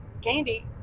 Candy